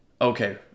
okay